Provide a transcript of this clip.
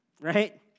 right